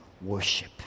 worship